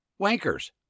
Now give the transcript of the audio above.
Wankers